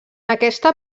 aquesta